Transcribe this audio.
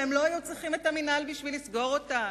והם לא היו צריכים את המינהל בשביל לסגור אותה.